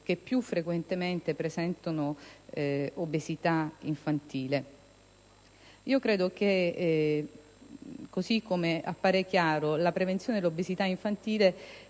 cui più frequentemente si presenta l'obesità infantile. Credo che così come appare chiaro che la prevenzione dell'obesità infantile